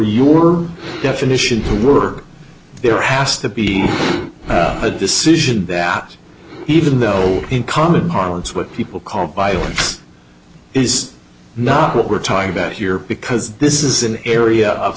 your definition to work there has to be a decision that even though in common parlance what people call violence is not what we're talking about here because this is an area of